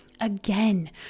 again